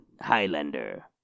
Highlander